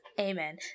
Amen